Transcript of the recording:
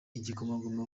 igikomangoma